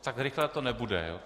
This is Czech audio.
Tak rychlé to nebude!